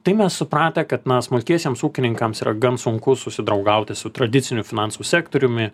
tai mes supratę kad na smulkiesiems ūkininkams yra gan sunku susidraugauti su tradiciniu finansų sektoriumi